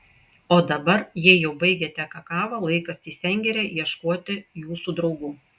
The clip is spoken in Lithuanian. o dabar jei jau baigėte kakavą laikas į sengirę ieškoti jūsų draugų